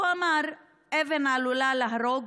הוא אמר: אבן עלולה להרוג,